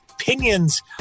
opinions